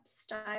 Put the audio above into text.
style